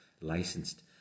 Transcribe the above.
licensed